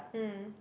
mm